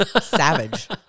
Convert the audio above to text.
savage